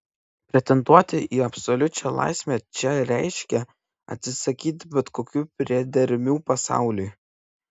pretenduoti į absoliučią laisvę čia reiškė atsisakyti bet kokių priedermių pasauliui